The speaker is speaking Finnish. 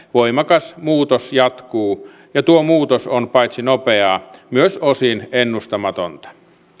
voimakas muutos jatkuu ja tuo muutos on paitsi nopeaa myös osin ennustamatonta